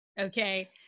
Okay